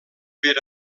per